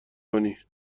کنی